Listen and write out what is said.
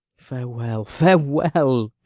farewell, farewell!